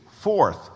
fourth